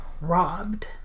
robbed